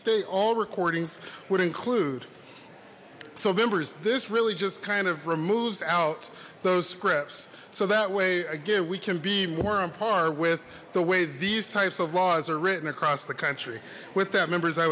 state all recordings would include so members this really just kind of removes out those scripts so that way again we can be more on par with the way these types of laws are written across the country with that members i